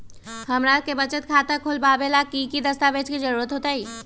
हमरा के बचत खाता खोलबाबे ला की की दस्तावेज के जरूरत होतई?